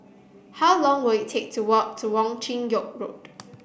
how long will it take to walk to Wong Chin Yoke Road